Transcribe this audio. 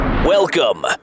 Welcome